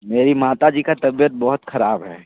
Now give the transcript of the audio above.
मेरी माता जी का तबीयत बहुत ख़राब है